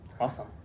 awesome